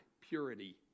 Purity